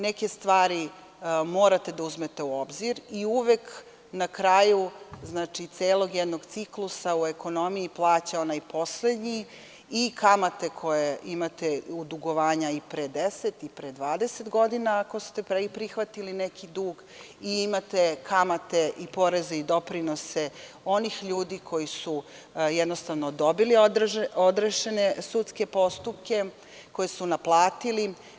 Neke stvari morate da uzmete u obzir i uvek na kraju celog jednog ciklusa u ekonomiji plaća onaj koji je poslednji, i kamate koje imate, dugovanja od pre 10 i 20 godina ako ste prihvatili neki dug, imate poreze i doprinose onih ljudi koji su dobili odrešene sudske postupke, koji su naplatili.